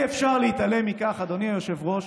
אי-אפשר להתעלם מכך, אדוני היושב-ראש,